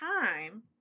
time